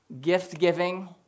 Gift-giving